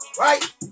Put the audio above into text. right